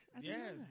Yes